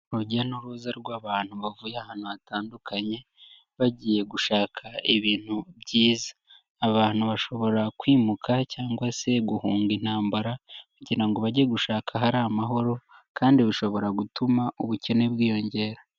Urujya n'uruza rw'abantu bavuye ahantu hatandukanye, bagiye gushaka ibintu byiza, abantu bashobora kwimuka cyangwa se guhunga intambara kugira ngo bajye gushaka ahari amahoro, kandi bishobora gutuma ubukene bwiyongera.